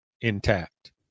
intact